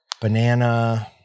Banana